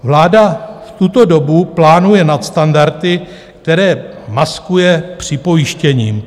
Vláda v tuto dobu plánuje nadstandardy, které maskuje připojištěním.